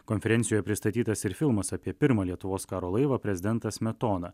konferencijoj pristatytas ir filmas apie pirmą lietuvos karo laivą prezidentas smetona